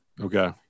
Okay